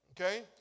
Okay